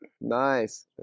Nice